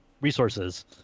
resources